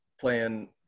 Playing